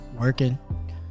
working